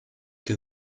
que